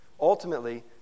Ultimately